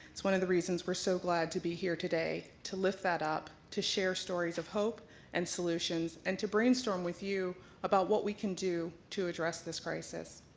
that's one of the reasons we're so glad to be here today to lift that up, to share stories of hope and solutions and to brainstorm with you about what we can do to address this crisis.